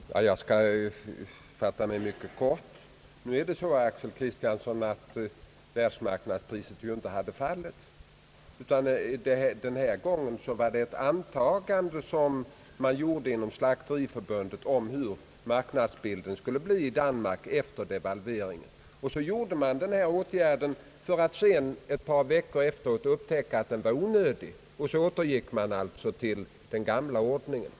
Herr talman! Jag skall fatta mig mycket kort. Nu är det så, herr Axel Kristiansson, att världsmarknadspriset inte hade fallit, utan den här gången var det ett antagande som man gjorde inom Slakteriförbundet om hur marknadsbilden skulle se ut i Danmark efter devalveringen. Sedan vidtog man den här åtgärden — för att ett par veckor senare upptäcka att den var onödig, varför man alltså återgick till den gamla ordningen.